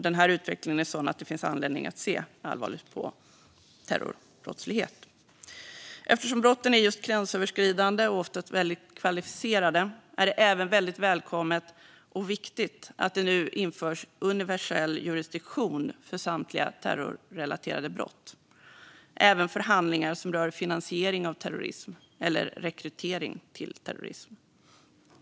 Den här utvecklingen är sådan att det finns anledning att se allvarligare på terrorbrottslighet. Eftersom brotten är just gränsöverskridande och ofta kvalificerade är det även välkommet och viktigt att det nu införs universell jurisdiktion för samtliga terrorrelaterade brott, även för handlingar som rör finansiering av terrorism eller rekrytering till terrorism.